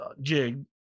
jig